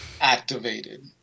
activated